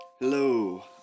Hello